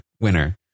winner